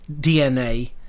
DNA